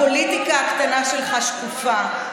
הפוליטיקה הקטנה שלך שקופה,